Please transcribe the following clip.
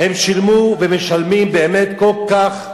הם שילמו ומשלמים, באמת, כל כך,